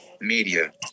media